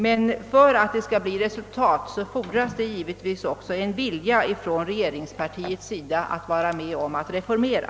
Men för att resultat skall kunna uppnås fordras givetvis också att regeringspartiet är villigt att vara med om att reformera.